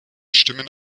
stimmen